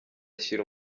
ashyira